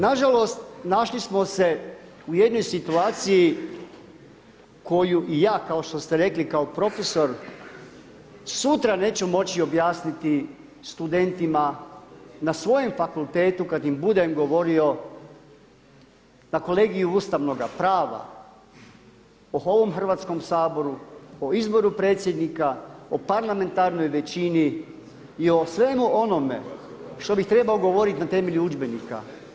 Nažalost našli smo se u jednoj situaciji koju i ja kao što ste rekli kao profesor, sutra neću moći objasniti studentima na svojem fakultetu kada im budem govorio na kolegiju ustavnoga prava o ovom Hrvatskom saboru, o izboru predsjednika, o parlamentarnoj većini i o svemu onome što bi trebao govoriti na temelju udžbenika.